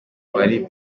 uwari